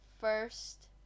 first